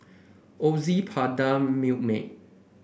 Ozi Prada Milkmaid